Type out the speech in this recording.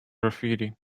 graffiti